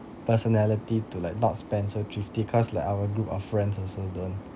personality to like not spend so thrifty cause like our group of friends also don't